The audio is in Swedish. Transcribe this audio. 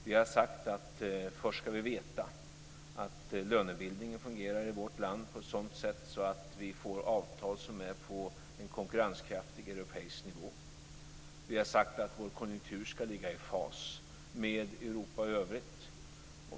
Vi har sagt att vi först ska veta att lönebildningen fungerar i vårt land på ett sådant sätt att vi får avtal som är på en konkurrenskraftig europeisk nivå. Vi har sagt att vår konjunktur ska ligga i fas med Europa i övrigt.